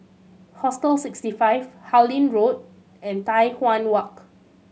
Hostel Sixty Five Harlyn Road and Tai Hwan Walk